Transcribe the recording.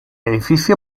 edificio